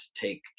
take